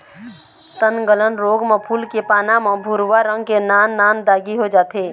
तनगलन रोग म फूल के पाना म भूरवा रंग के नान नान दागी हो जाथे